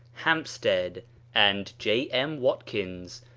hampstead and j. m. watkins,